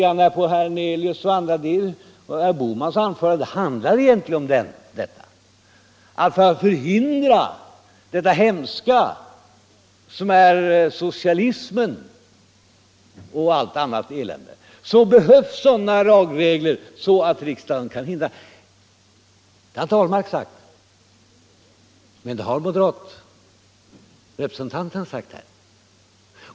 Vi har ju här hört av herr Hernelius och herr Bohman att här handlar det egentligen om att hindra den hemska socialismen och allt annat elände, och då behövs det sådana här lagregler för att riksdagen skall kunna hindra det. Herr Ahlmark har inte sagt så, men det har moderata representanter gjort.